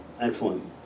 Excellent